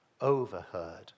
overheard